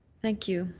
thank you.